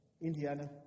Indiana